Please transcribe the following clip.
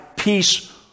Peace